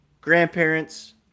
grandparents